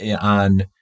on